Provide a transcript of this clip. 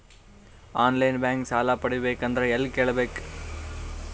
On line bank ಸಾಲ ಪಡಿಬೇಕಂದರ ಎಲ್ಲ ಕೇಳಬೇಕು?